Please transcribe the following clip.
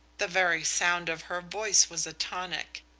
the very sound of her voice was a tonic.